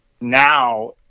now